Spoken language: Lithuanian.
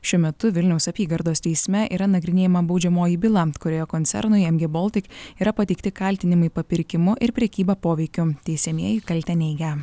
šiuo metu vilniaus apygardos teisme yra nagrinėjama baudžiamoji byla kurioje koncernui mg baltic yra pateikti kaltinimai papirkimu ir prekyba poveikiu teisiamieji kaltę neigia